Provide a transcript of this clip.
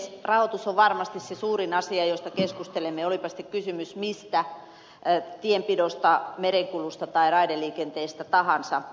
rahoitus on varmasti se suurin asia josta keskustelemme olipa sitten kysymys mistä tienpidosta merenkulusta tai raideliikenteestä tahansa